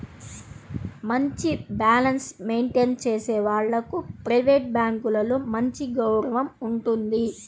మంచి balance maintain చేసే వాళ్లకు ప్రైవేట్ బ్యాంకులలో మంచి గౌరవం ఉంటుంది